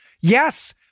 Yes